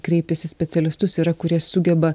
kreiptis į specialistus yra kurie sugeba